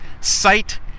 site